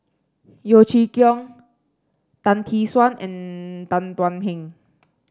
Yeo Chee Kiong Tan Tee Suan and Tan Thuan Heng